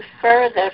further